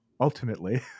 ultimately